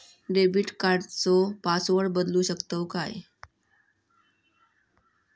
Debit कार्डचो password बदलु शकतव काय?